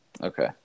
Okay